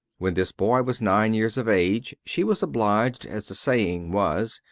when this boy was nine years of age she was obliged, as the saying was,